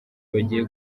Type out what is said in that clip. bagiye